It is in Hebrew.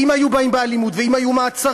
אם היו באים באלימות ואם היו מעצרים,